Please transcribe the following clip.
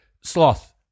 Sloth